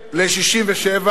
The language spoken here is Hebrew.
ל-67.